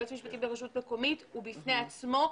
יועץ משפטי ברשות מקומית הוא בפני עצמו.